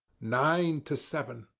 nine to seven!